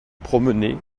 promener